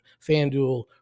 FanDuel